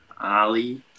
Ali